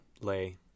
lay